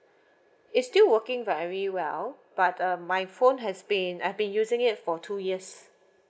it's still working very well but um my phone has been I've been using it for two years